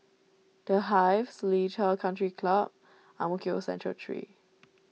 the Hive Seletar Country Club and Ang Mo Kio Central three